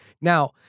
Now